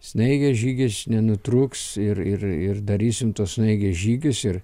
snaigės žygis nenutrūks ir ir ir darysim tuos snaigės žygius ir